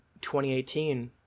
2018